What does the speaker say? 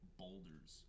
boulders